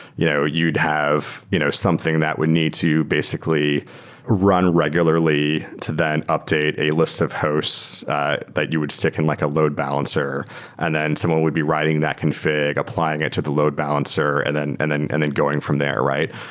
you know you'd have you know something that would need to basically run regularly to then update a list of hosts that you would stick in like a load balancer and then someone would be riding that confi g, applying it to the load balancer and then and then and going from there, right?